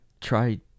try